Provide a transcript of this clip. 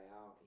out